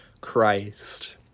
Christ